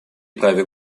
праве